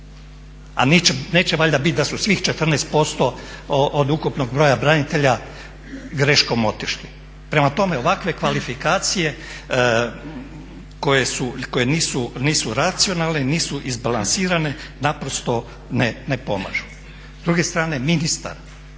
a neće valjda biti da su svih 14% od ukupnog broja branitelja greškom otišli. Prema tome, ovakve kvalifikacije koje nisu racionalne nisu izbalansirane naprosto ne pomažu. S druge strane ministar